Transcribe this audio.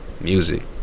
music